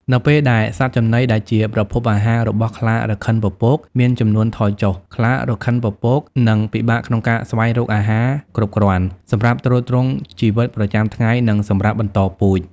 នៅពេលដែលសត្វចំណីដែលជាប្រភពអាហាររបស់ខ្លារខិនពពកមាន ចំនួនថយចុះ ខ្លារខិនពពកនឹង ពិបាកក្នុងការស្វែងរកអាហារគ្រប់គ្រាន់ សម្រាប់ទ្រទ្រង់ជីវិតប្រចាំថ្ងៃ និងសម្រាប់បន្តពូជ។